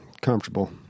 comfortable